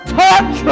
touch